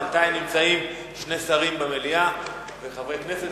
בינתיים נמצאים שני שרים במליאה וחברי כנסת,